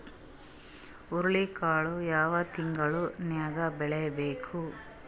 ಹುರುಳಿಕಾಳು ಯಾವ ತಿಂಗಳು ನ್ಯಾಗ್ ಬೆಳಿಬೇಕು?